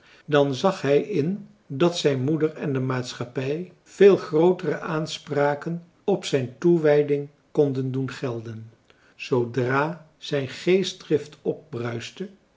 dan zag hij in dat zijn moeder en de maatschappij veel grootere aanspraken op zijn toewijding konden doen gelden zoodra zijn geestdrift